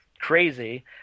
crazy